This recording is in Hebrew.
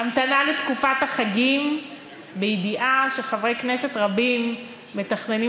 המתנה לתקופת החגים בידיעה שחברי כנסת רבים מתכננים